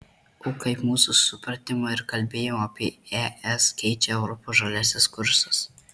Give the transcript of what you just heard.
o kaip mūsų supratimą ir kalbėjimą apie es keičia europos žaliasis kursas